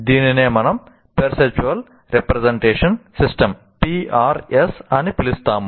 దీనినే మనం perceptual representation system అని పిలుస్తాము